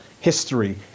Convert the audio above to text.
history